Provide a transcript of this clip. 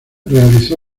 realizó